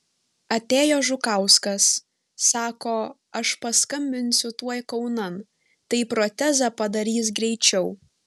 atėjo žukauskas sako aš paskambinsiu tuoj kaunan tai protezą padarys greičiau